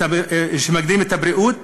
שמגדירים את הבריאות: